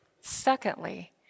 Secondly